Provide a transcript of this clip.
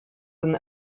than